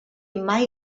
mai